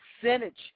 percentage